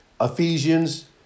Ephesians